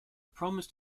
promise